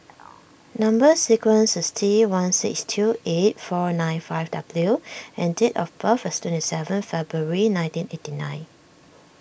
Number Sequence is T one six two eight four nine five W and date of birth is twenty seven February nineteen eighty nine